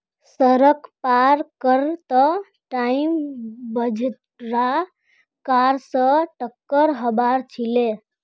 सड़क पार कर त टाइम बछड़ा कार स टककर हबार छिले